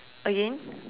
again